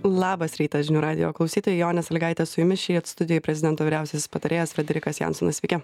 labas rytas žinių radijo klausytojai jonė salygaitė su jumis šįryt studijoj prezidento vyriausiasis patarėjas frederikas jansonas sveiki